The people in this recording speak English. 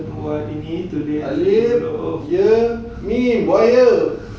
alif ye mim buaya